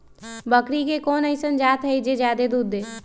बकरी के कोन अइसन जात हई जे जादे दूध दे?